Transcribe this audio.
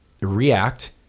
react